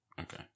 Okay